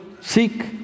seek